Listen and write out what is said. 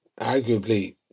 arguably